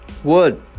Wood